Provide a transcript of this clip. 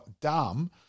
dumb